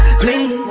please